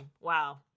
Wow